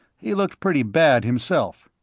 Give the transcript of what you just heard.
he looked pretty bad himself.